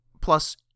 Plus